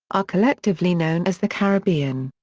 are collectively known as the caribbean.